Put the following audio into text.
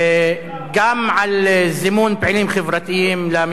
גם על זימון פעילים חברתיים למשטרה